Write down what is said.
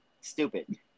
stupid